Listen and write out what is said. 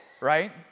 right